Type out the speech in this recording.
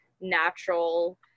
natural